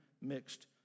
mixed